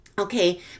Okay